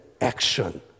action